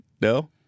No